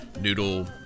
noodle